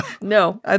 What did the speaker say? No